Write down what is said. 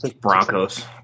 Broncos